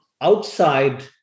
outside